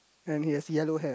and he has yellow hair